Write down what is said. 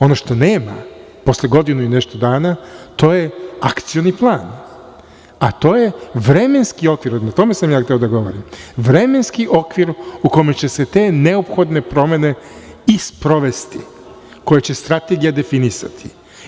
Ono što nema posle godinu i nešto dana, to je akcioni plan, a to je vremenski okvir, o tome sam hteo da govorim, vremenski okvir u kome će se te neophodne promene i sprovesti, koje će strategija definisati.